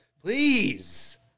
Please